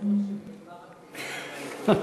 ברכה,